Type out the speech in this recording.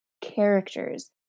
characters